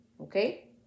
okay